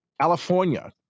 California